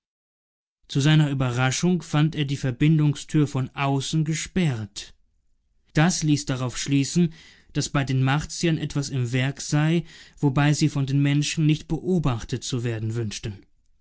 zu seiner überraschung fand er die verbindungstür von außen gesperrt dies ließ darauf schließen daß bei den martiern etwas im werk sei wobei sie von den menschen nicht beobachtet zu werden wünschten